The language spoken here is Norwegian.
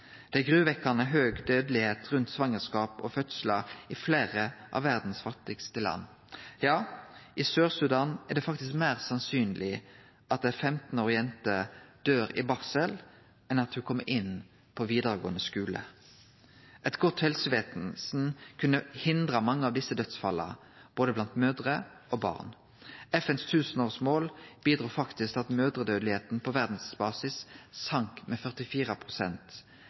Det er gruvekkjande høg dødelegheit rundt svangerskap og fødslar i fleire av dei fattigaste landa i verda. Ja, i Sør-Sudan er det faktisk meir sannsynleg at ei 15-årig jente dør i barsel enn at ho kjem inn på vidaregåande skule. Eit godt helsevesen kunne ha hindra mange av desse dødsfalla – blant både mødrer og barn. FNs tusenårsmål bidrog faktisk til at tala for mødrerdødelegheit på verdsbasis sank med